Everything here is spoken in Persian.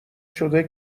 شده